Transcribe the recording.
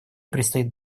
предстоит